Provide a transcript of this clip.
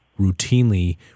routinely